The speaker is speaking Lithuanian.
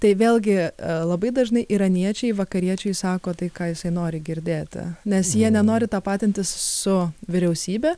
tai vėlgi labai dažnai iraniečiai vakariečiui sako tai ką jisai nori girdėti nes jie nenori tapatintis su vyriausybe